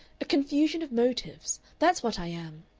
a confusion of motives that's what i am.